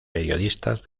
periodistas